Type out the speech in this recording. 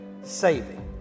saving